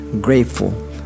grateful